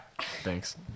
Thanks